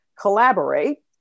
collaborate